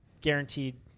guaranteed